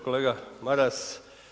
Kolega Maras.